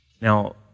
Now